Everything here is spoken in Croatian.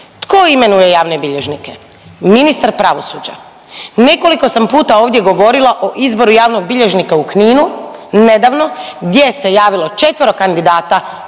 Tko imenuje javne bilježnike? Ministar pravosuđa. Nekoliko sam puta ovdje govorila o izboru javnog bilježnika u Kninu nedavno gdje se javilo četvero kandidata,